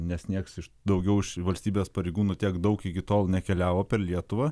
nes nieks iš daugiau iš valstybės pareigūnų tiek daug iki tol nekeliavo per lietuvą